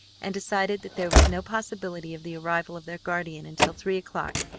and decided that there was no possibility of the arrival of their guardian until three o'clock,